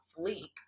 fleek